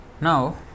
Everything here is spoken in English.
Now